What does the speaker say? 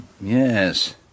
Yes